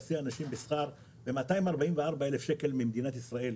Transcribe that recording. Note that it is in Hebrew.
להסיע אנשים בשכר ב-244,000 שקל ממדינת ישראל.